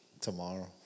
tomorrow